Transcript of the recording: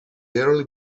early